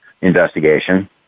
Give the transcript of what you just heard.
investigation